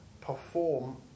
perform